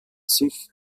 sich